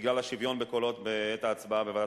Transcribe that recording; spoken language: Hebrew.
בגלל השוויון בקולות בהצבעה בוועדה